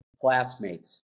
classmates